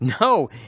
No